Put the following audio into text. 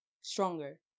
stronger